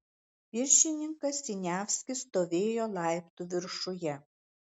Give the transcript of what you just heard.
viršininkas siniavskis stovėjo laiptų viršuje